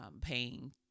paying